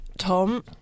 Tom